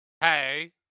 Hey